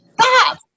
stop